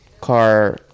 car